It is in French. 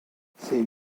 ses